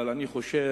אבל אני חושב